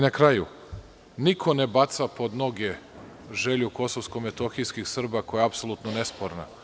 Na kraju, niko ne baca pod noge želju kosovsko-metohijskih Srba, koja je apsolutno nesporna.